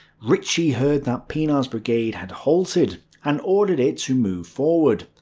ritchie heard that pienaar's brigade had halted, and ordered it to move forward.